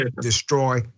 destroy